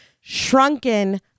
shrunken